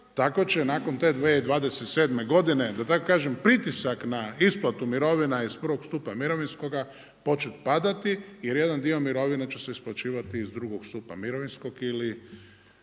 tako će nakon te 2027. godine da tako kažem pritisak na isplatu mirovina iz prvog stupa mirovinskoga početi padati jer jedan dio mirovina će se isplaćivati iz drugog stupa mirovinskog ili.